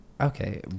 Okay